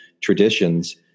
traditions